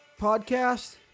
podcast